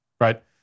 right